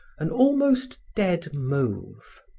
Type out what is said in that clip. an almost dead mauve.